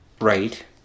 right